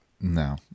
No